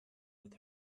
with